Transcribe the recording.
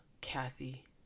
Kathy